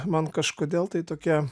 man kažkodėl tai tokia